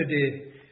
today